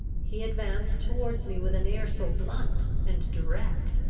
he advanced towards me with an air so blunt and direct,